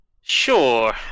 Sure